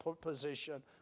position